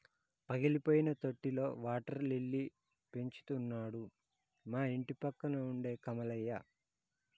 పగిలిపోయిన తొట్టిలో water lily పెంచుతున్నాడు మా ఇంటిపక్కన ఉండే కమలయ్య